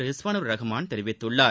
ரிஸ்வானுர் ரஹ்மான் தெரிவித்துள்ளார்